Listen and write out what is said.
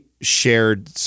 shared